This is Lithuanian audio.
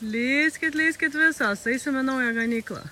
lįskit lįskit visos eisim į naują ganyklą